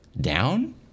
down